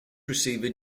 receiver